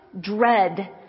dread